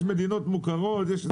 יש מדינות מוכרות.